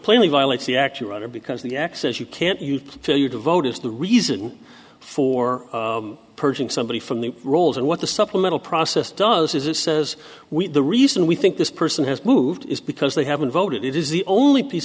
plainly violates the actual right or because the access you can't you failure to vote is the reason for purging somebody from the rolls and what the supplemental process does is it says we the reason we think this person has moved is because they haven't voted it is the only piece